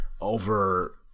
over